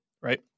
right